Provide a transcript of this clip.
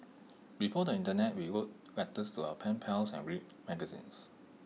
before the Internet we wrote letters to our pen pals and read magazines